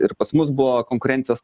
ir pas mus buvo konkurencijos